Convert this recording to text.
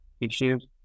issues